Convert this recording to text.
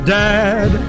dad